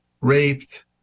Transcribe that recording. raped